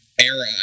era